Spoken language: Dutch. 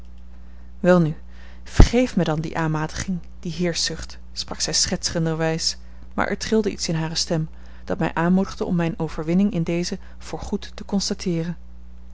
welnu vergeef mij dan die aanmatiging die heerschzucht sprak zij schertsenderwijs maar er trilde iets in hare stem dat mij aanmoedigde om mijne overwinning in dezen voor goed te constateeren